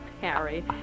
Harry